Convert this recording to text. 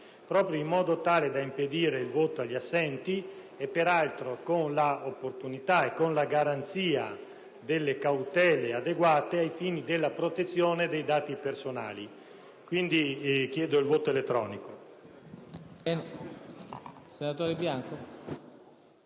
deputati, in modo tale da impedire il voto per gli assenti, peraltro con l'opportunità e con la garanzia delle cautele adeguate ai fini della protezione dei dati personali. Chiediamo la votazione